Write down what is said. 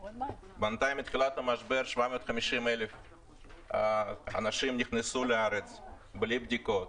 בינתיים מתחילת המשבר 750,000 אנשים נכנסו לארץ בלי בדיקות,